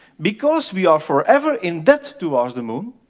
because we are forever in debt towards the moon,